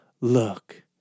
look